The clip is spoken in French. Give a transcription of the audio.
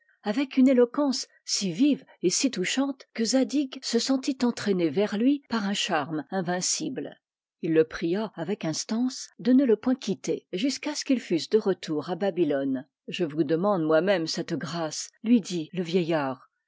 avec une éloquence si vive et si touchante que zadig se sentit entraîné vers lui par un charme invincible il le pria avec instance de ne le point quitter jusqu'à ce qu'ils fussent de retour à babylone je vous demande moi-même cette grâce lui dit le vieillard